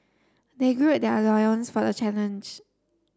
they gird their loins for the challenge